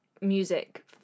music